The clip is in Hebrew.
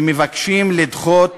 ומבקשים לדחות